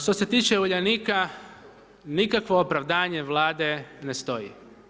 Što se tiče Uljanika, nikakvo opravdanje Vlade ne stoji.